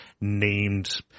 named